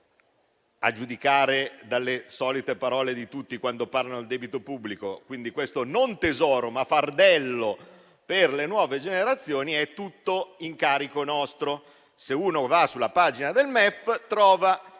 (a giudicare dalle solite parole di tutti, quando parlano del debito pubblico), quindi questo non tesoro, ma fardello per le nuove generazioni è tutto a carico nostro. Se uno va sulla pagina del MEF, trova